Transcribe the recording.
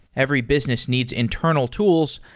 every business needs internal tools,